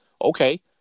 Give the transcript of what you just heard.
Okay